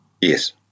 Yes